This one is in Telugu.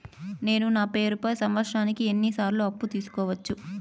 నేను నా పేరుపై సంవత్సరానికి ఎన్ని సార్లు అప్పు తీసుకోవచ్చు?